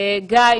בסיכון.